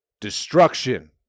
destruction